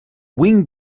wing